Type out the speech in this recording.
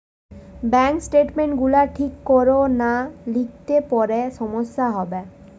bank statement গুলা ঠিক কোরে না লিখলে পরে সমস্যা হবে